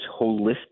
holistic